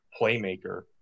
playmaker